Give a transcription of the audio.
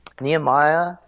Nehemiah